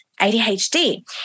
ADHD